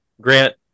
Grant